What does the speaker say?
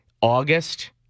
August